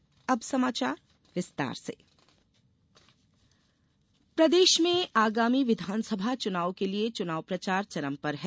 चुनाव प्रचार प्रदेश में आगामी विधानसभा चुनाव के लिये चुनाव प्रचार चरम पर है